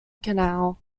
canal